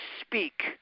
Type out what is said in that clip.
speak